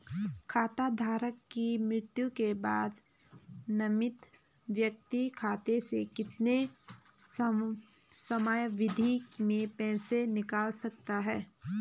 खाता धारक की मृत्यु के बाद नामित व्यक्ति खाते से कितने समयावधि में पैसे निकाल सकता है?